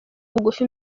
bugufi